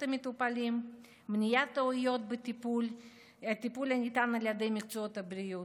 המטופלים ומניעת טעויות בטיפול הניתן על ידי מקצועות הבריאות.